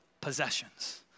possessions